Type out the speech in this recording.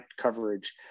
coverage